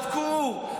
בדקו.